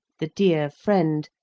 the dear friend,